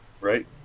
Right